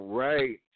right